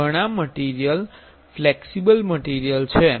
ઘણા material flexible material છે